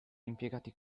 impiegati